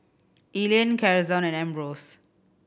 Elayne Karson and Ambrose